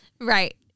Right